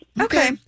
Okay